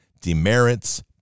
demerits